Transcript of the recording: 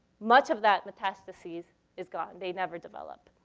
much of that metastases is gone. they never develop.